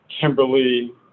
Kimberly